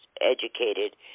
educated